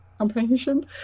comprehension